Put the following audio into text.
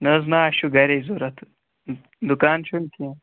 نَہ حظ نَہ اَسہِ چھُ گرے ضوٚرتھ دُکان چھُنہٕ کینٛہہ